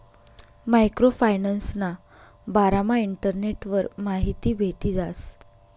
micro फायनान्सना बारामा इंटरनेटवर माहिती भेटी जास